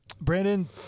Brandon